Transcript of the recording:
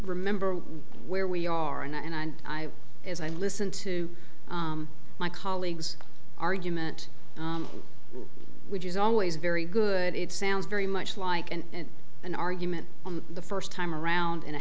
remember where we are and i and i as i listen to my colleagues argument which is always very good it sounds very much like and an argument the first time around in a